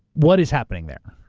what is happening there?